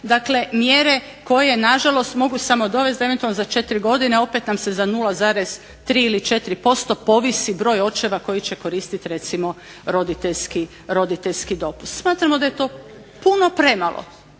mjere koje nažalost mogu samo dovesti da eventualno za 4 godine opet nam se za 0,3 ili 0,4 posto povisi broj očeva koji će koristiti recimo roditeljski dopust. Smatramo da je to puno premalo,